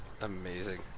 Amazing